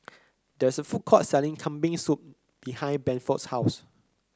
there is a food court selling Kambing Soup behind Bedford's house